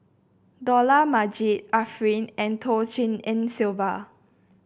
Dollah Majid Arifin and Tshin En Sylvia